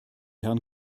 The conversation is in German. herrn